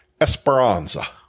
Esperanza